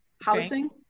housing